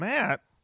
Matt